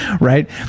right